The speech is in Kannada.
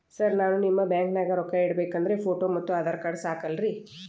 ಸರ್ ನಾನು ನಿಮ್ಮ ಬ್ಯಾಂಕನಾಗ ರೊಕ್ಕ ಇಡಬೇಕು ಅಂದ್ರೇ ಫೋಟೋ ಮತ್ತು ಆಧಾರ್ ಕಾರ್ಡ್ ಸಾಕ ಅಲ್ಲರೇ?